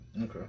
Okay